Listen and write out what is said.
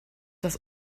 das